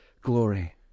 glory